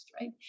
right